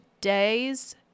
days